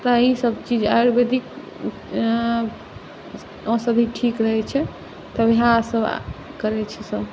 तऽ ईसब चीज आयुर्वेदिक औषधि भी ठीक रहै छै तऽ इएहसब करै छै सब